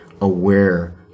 aware